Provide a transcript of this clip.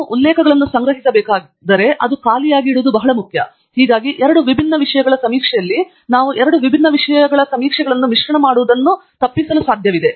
ನಾವು ಉಲ್ಲೇಖಗಳನ್ನು ಸಂಗ್ರಹಿಸಬೇಕಾದರೆ ಅದು ಖಾಲಿಯಾಗಿ ಇಡುವುದು ಬಹಳ ಮುಖ್ಯ ಹೀಗಾಗಿ ಎರಡು ವಿಭಿನ್ನ ವಿಷಯಗಳ ಸಮೀಕ್ಷೆಯಲ್ಲಿ ನಾವು ಎರಡು ವಿಭಿನ್ನ ವಿಷಯಗಳ ಸಮೀಕ್ಷೆಗಳನ್ನು ಮಿಶ್ರಣ ಮಾಡುವುದನ್ನು ತಪ್ಪಿಸಲು ಸಾಧ್ಯವಿದೆ